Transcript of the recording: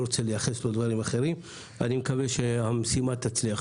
אני מקווה שהמשימה תצלח